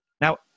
Now